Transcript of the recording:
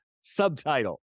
subtitle